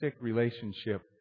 relationship